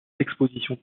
expositions